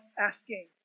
asking